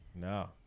no